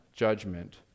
judgment